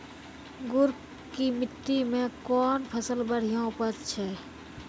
गुड़ की मिट्टी मैं कौन फसल बढ़िया उपज छ?